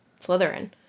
slytherin